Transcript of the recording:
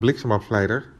bliksemafleider